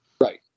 Right